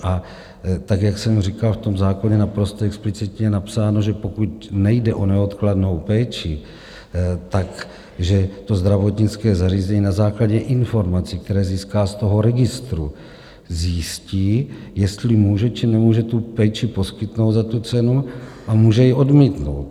A jak jsem říkal, v zákoně naprosto explicitně je napsáno, že pokud nejde o neodkladnou péči, tak že to zdravotnické zařízení na základě informací, které získá z toho registru, zjistí, jestli může, či nemůže tu péči poskytnout za tu cenu, a může ji odmítnout.